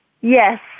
Yes